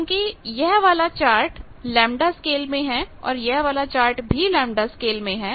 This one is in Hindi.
क्योंकि यह वाला एक चार्ट लैम्ब्डा स्केल में है और यह वाला चार्ट भी लैम्ब्डा स्केल में है